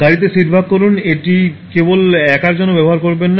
গাড়ীতে সিট ভাগ করুন এটি কেবল একার জন্য ব্যবহার করবেন না